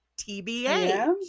TBA